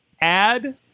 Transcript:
add